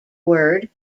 word